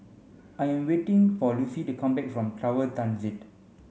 I am waiting for Lucie to come back from Tower Transit